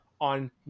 on